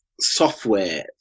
software